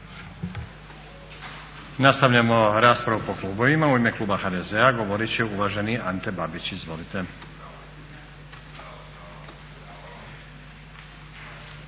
Nastavljamo raspravu po klubovima. U ime kluba HDZ-a govorit će uvaženi Ante Babić. Izvolite.